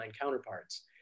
counterparts